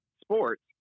sports